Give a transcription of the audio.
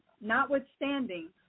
Notwithstanding